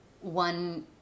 one